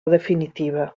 definitiva